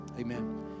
Amen